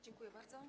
Dziękuję bardzo.